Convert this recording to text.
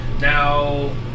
Now